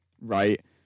right